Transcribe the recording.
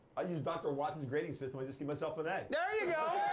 i use dr. watson's grading system, i just give myself an a. there you go! i